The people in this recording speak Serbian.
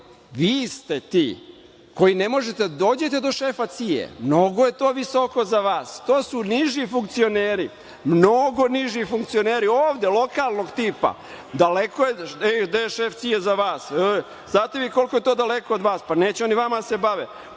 Vi ste ti koji ne možete da dođete do šefa CIA, mnogo je to visoko za vas, to su niži funkcioneri, mnogo niži funkcioneri, ovde lokalnog tipa, daleko je, gde je šef CIA za vas. Znate koliko je to daleko od vas? Pa, neće oni vama da se bave.